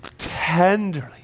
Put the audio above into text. Tenderly